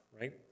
right